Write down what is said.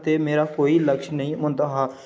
ते मेरा कोई लक्ष्य नेईं होंदा हा